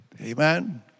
Amen